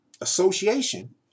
association